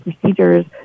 procedures